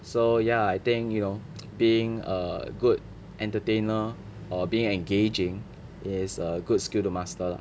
so ya I think you know being a good entertainer or being engaging is a good skill to master lah